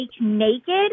naked